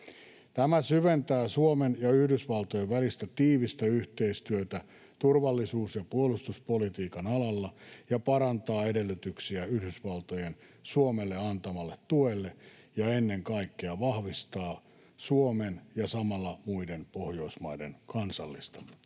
Tämä syventää Suomen ja Yhdysvaltojen välistä tiivistä yhteistyötä turvallisuus‑ ja puolustuspolitiikan alalla ja parantaa edellytyksiä Yhdysvaltojen Suomelle antamalle tuelle sekä ennen kaikkea vahvistaa Suomen ja samalla muiden Pohjoismaiden kansallista